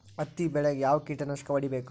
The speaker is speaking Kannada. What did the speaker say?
ಹತ್ತಿ ಬೆಳೇಗ್ ಯಾವ್ ಕೇಟನಾಶಕ ಹೋಡಿಬೇಕು?